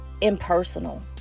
impersonal